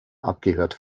abgehört